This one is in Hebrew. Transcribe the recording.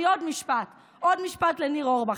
עוד משפט, עוד משפט לניר אורבך.